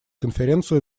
конференцию